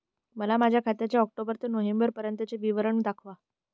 मला माझ्या खात्याचे ऑक्टोबर ते नोव्हेंबर पर्यंतचे विवरण दाखवा